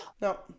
No